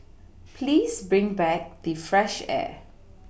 please bring back the fresh air